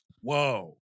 Whoa